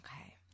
okay